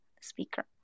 speaker